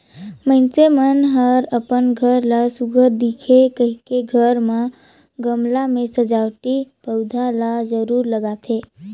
मइनसे मन हर अपन घर ला सुग्घर दिखे कहिके घर म गमला में सजावटी पउधा ल जरूर लगाथे